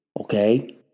Okay